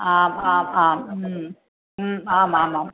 आम् आम् आं आम् आम् आं